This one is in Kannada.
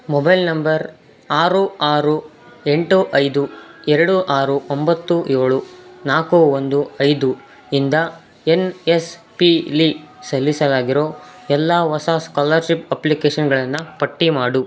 ಮೊಬೈಲ್ ನಂಬರ್ ಆರು ಆರು ಎಂಟು ಐದು ಎರಡು ಆರು ಒಂಬತ್ತು ಏಳು ನಾಲ್ಕು ಒಂದು ಐದು ಇಂದ ಎನ್ ಎಸ್ ಪಿಲಿ ಸಲ್ಲಿಸಲಾಗಿರೋ ಎಲ್ಲ ಹೊಸ ಸ್ಕಾಲರ್ಷಿಪ್ ಅಪ್ಲಿಕೇಷನ್ಗಳನ್ನ ಪಟ್ಟಿ ಮಾಡು